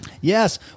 Yes